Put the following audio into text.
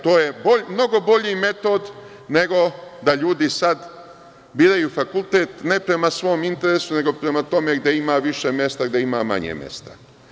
To je mnogo bolji metod nego da ljudi sad biraju fakultet ne prema svom interesu nego prema tome gde ima više mesta ili gde ima manje mesta.